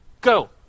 go